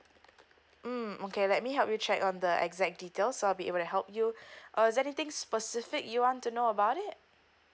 mm okay let me help you check on the exact details so I will be able to help you uh is there anything specific you want to know about it